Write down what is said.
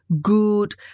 good